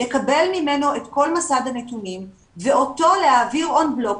לקבל ממנו את כל מסד הנתונים ואותו להעביר on block,